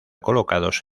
colocados